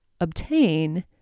obtain